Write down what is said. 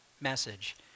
message